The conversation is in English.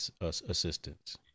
assistance